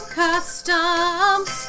customs